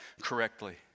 correctly